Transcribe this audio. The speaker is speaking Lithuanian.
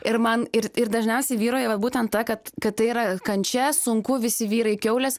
ir man ir ir dažniausiai vyrauja va būtent ta kad kad tai yra kančia sunku visi vyrai kiaulės